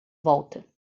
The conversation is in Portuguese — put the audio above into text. volta